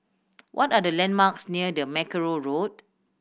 what are the landmarks near the Mackerrow Road